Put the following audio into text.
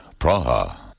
Praha